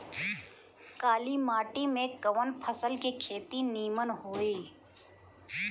काली माटी में कवन फसल के खेती नीमन होई?